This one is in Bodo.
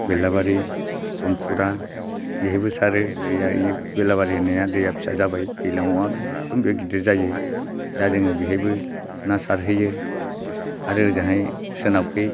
बेरला बारि समफुरा बेहायबो सारो दैया इयो बेलाबारि होननाया दैया फिसा जाबाय दैज्लाङाव आर एखदम बे गिदिर जायो दा जोङो बेहायबो ना सारहैयो आरो ओजोंहाय सोनाबखै